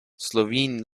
slovene